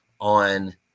on